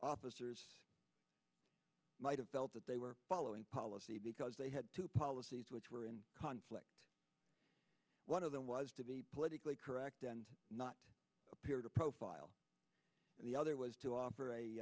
officers might have felt that they were following policy because they had to policies which were in conflict one of them was to be politically correct and not appear to profile the other was to o